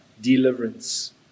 deliverance